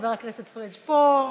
חבר הכנסת פריג' פה,